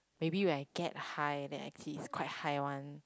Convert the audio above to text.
maybe when I get high then actually it's quite high one